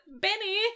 Benny